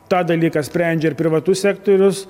tą dalyką sprendžia ir privatus sektorius